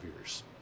years